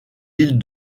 îles